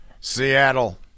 Seattle